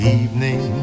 evening